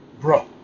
bro